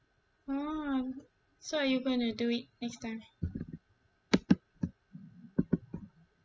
oh so you going to do it next time